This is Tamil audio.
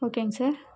ஓகேங்க சார்